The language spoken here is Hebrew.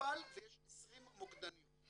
הוכפל ויש 20 מוקדניות.